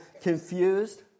confused